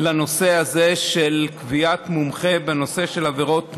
לנושא הזה של קביעת מומחה בנושא של עבירות מין.